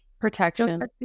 protection